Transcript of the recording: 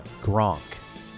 Gronk